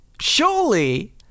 Surely